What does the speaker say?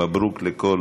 מברוכ לכל